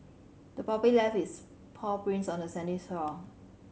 the puppy left its paw prints on the sandy shore